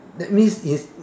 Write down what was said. that means is